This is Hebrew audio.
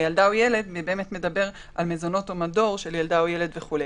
הילדה או ילד באמת מדברים על מזונות או מדור של ילדה או ילד וכו'.